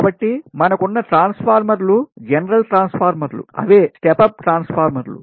కాబట్టి మనకున్నట్రాన్స్ఫార్మర్లు జనరల్ ట్రాన్స్ఫార్మర్లు అవే స్టెప్ అప్ ట్రాన్స్ఫార్మర్లు